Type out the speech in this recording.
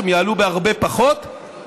הם יעלו בהרבה פחות,